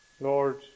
Lord